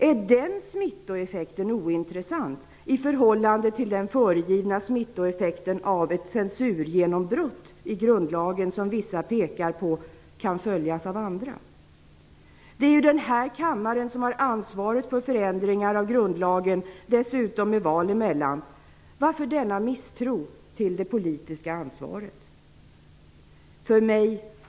Är den smittoeffekten ointressant i förhållande till den föregivna smittoeffekten av ett censurgenombrott i grundlagen som vissa pekar på kan följas av andra. Det är denna kammare som har ansvaret för förändringar i grundlagen, dessutom med val emellan. Varför denna misstro mot det politiska ansvaret? Fru talman!